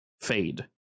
fade